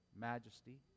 majesty